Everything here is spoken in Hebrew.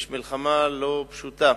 יש מלחמה לא פשוטה,